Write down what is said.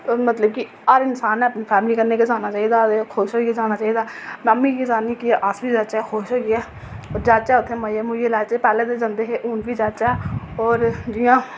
होर मतलब कि हर इन्सान नै फैमिली कन्नै गै जाना चाहिदा होर खुश होइयै जाना चाहिदा आमीं चा्ह्न्नीं अस बी जाह्चै खुश होइयै होर जाह्चै उत्थै मज़े लैचै पैह्लें बी जंदे हे हून बी जाह्चै जि'यां